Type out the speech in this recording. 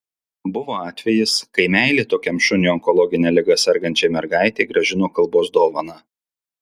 buvo atvejis kai meilė tokiam šuniui onkologine liga sergančiai mergaitei grąžino kalbos dovaną